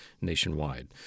nationwide